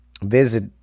visit